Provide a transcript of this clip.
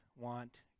want